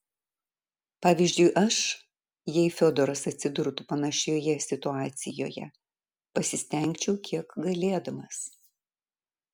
pavyzdžiui aš jei fiodoras atsidurtų panašioje situacijoje pasistengčiau kiek galėdamas